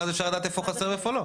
ואז אפשר לדעת איפה חסר ואיפה לא.